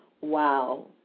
wow